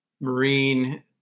marine